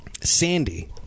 Sandy